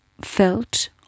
felt